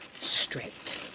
straight